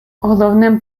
головним